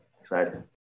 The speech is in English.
exciting